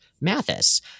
Mathis